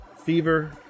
fever